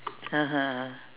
(uh huh)